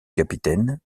capitaine